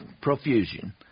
profusion